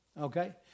Okay